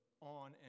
on